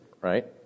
right